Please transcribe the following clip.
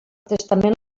testament